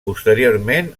posteriorment